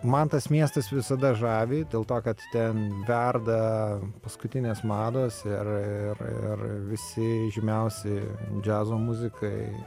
man tas miestas visada žavi dėl to kad ten verda paskutinės mados ir ir ir visi žymiausi džiazo muzikai